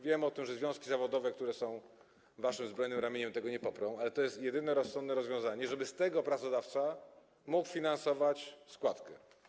Wiem o tym, że związki zawodowe, które są waszym zbrojnym ramieniem, tego nie poprą, ale to jest jedyne rozsądne rozwiązanie, żeby z tego pracodawca mógł finansować składkę.